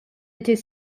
était